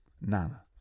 Nana